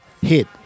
hit